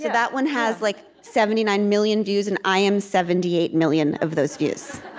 that one has like seventy nine million views, and i am seventy eight million of those views